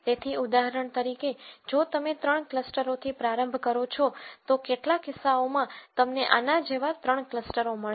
તેથી ઉદાહરણ તરીકે જો તમે 3 ક્લસ્ટરોથી પ્રારંભ કરો છો તો કેટલાક કિસ્સાઓમાં તમને આના જેવા 3 ક્લસ્ટરો મળશે